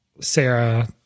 Sarah